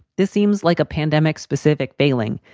this seems like a pandemic specific failing.